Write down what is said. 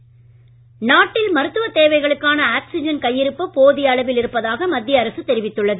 oxygen நாட்டில் மருத்துவ தேவைகளுக்கான ஆக்சிஜன் கையிருப்பு போதிய அளவில் இருப்பதாக மத்திய அரசு தெரிவித்துள்ளது